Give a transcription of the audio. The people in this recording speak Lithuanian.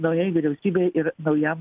naujai vyriausybei ir naujam